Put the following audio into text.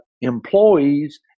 employees